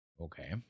Okay